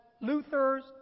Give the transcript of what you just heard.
Luther's